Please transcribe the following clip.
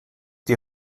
die